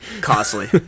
costly